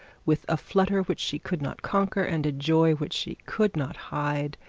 with a flutter which she could not conquer, and a joy which she could not hide,